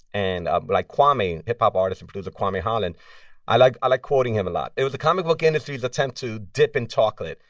and um like, kwame hip-hop artist and producer kwame holland i like like quoting him a lot. it was the comic book industry's attempt to dip in chocolate.